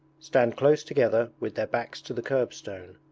stand close together with their backs to the curbstone.